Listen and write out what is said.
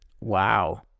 wow